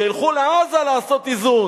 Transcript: שילכו לעזה לעשות איזון.